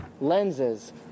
lenses